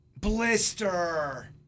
Blister